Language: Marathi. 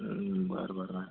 बर बर ना